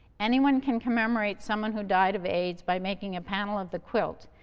anyone can commemorate someone who died of aids by making a panel of the quilt,